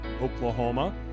Oklahoma